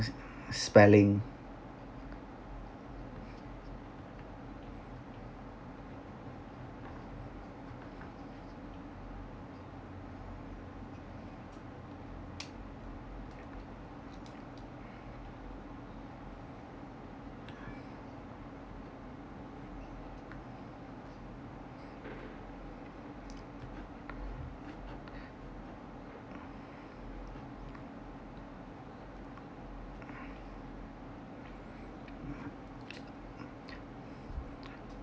spelling